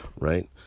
right